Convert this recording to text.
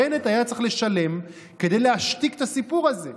בנט היה צריך לשלם כדי להשתיק את הסיפור הזה.